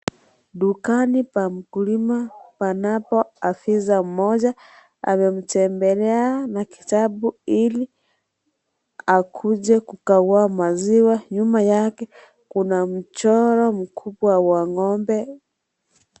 Dukani la mkulima panapo afisa mmoja ametembelea na kitabu ili kukagua maziwa nyuma yake kuna mchoro mkubwa wa ngombe.